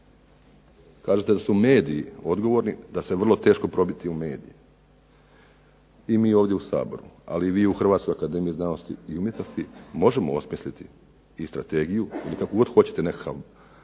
Kažete da su mediji odgovorni da se vrlo teško probiti u medije. I mi ovdje u Saboru, ali i vi u Hrvatskoj akademiji znanosti i umjetnosti možemo osmisliti i strategiju ili kako god hoćete nekakav